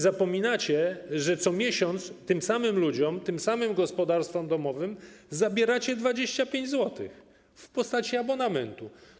Zapominacie, że co miesiąc tym samym ludziom, tym samym gospodarstwom domowym zabieracie 25 zł w postaci abonamentu.